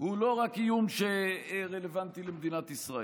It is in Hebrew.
הוא לא איום שרלוונטי רק למדינת ישראל.